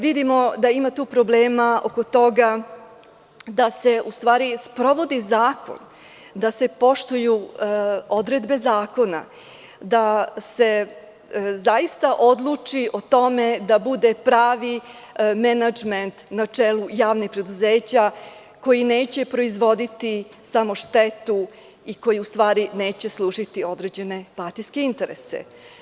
Vidimo da ima problema oko toga da se sprovodi zakon, da se poštuju odredbe zakona, da se zaista odluči o tome da bude pravi menadžment na čelu javnih preduzeća, koji neće proizvoditi samo štetu i koji neće služiti određene partijske interese.